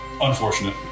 Unfortunate